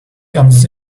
comes